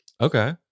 okay